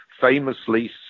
famously